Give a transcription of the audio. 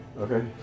Okay